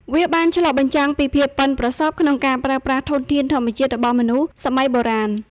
វាបានឆ្លុះបញ្ចាំងពីភាពប៉ិនប្រសប់ក្នុងការប្រើប្រាស់ធនធានធម្មជាតិរបស់មនុស្សសម័យបុរាណ។